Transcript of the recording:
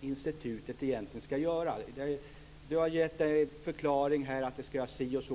institutet egentligen ska göra. Här har getts förklaringen att det ska göra si och så.